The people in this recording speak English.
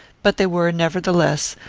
but they were, nevertheless,